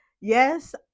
Yes